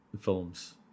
films